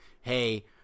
hey